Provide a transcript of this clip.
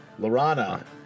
Lorana